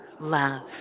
love